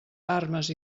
armes